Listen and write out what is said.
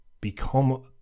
become